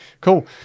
Cool